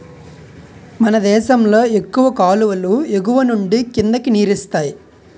మనదేశంలో ఎక్కువ కాలువలు ఎగువనుండి కిందకి నీరిస్తాయి